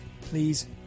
please